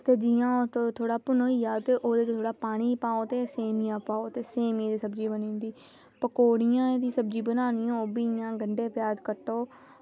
ते जियां थोह्ड़ा भनोई जा ते ओह्दे च पानी पाना पानी पाओ ते सेमियां पाओ ते सेमियें दी सब्ज़ी बनी दी ते पकौड़ियें दी सब्ज़ी बनी जंदी ते ओह्बी इंया गंढे प्याज़ कट्टो